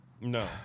No